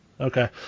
okay